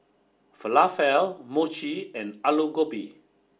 Falafel Mochi and Alu Gobi